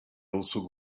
also